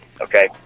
Okay